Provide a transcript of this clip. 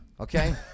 okay